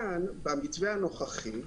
כאן, במתווה הנוכחי,